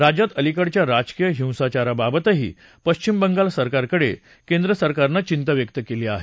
राज्यात अलिकडच्या राजकीय हिंसाचाराबाबतही पश्चिम बंगाल सरकारकडे केंद्र सरकारनं चिंता व्यक्त केली आहे